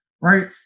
right